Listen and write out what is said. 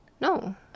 No